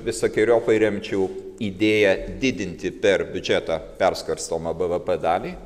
visokeriopai remčiau idėją didinti per biudžetą perskirstomą bvp dalį